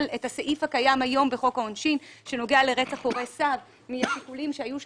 את הסעיף הקיים היום בחוק העונשין שנוגע לרצח הורה משיקולים שהיו שם.